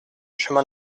chemin